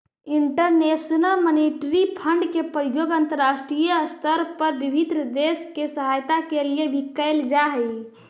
international monetary fund के प्रयोग अंतरराष्ट्रीय स्तर पर विभिन्न देश के सहायता के लिए भी कैल जा हई